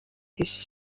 his